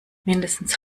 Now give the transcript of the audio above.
mindestens